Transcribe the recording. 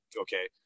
okay